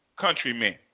countrymen